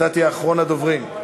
אתה תהיה אחרון הדוברים.